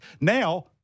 now